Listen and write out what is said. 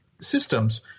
systems